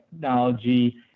technology –